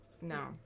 No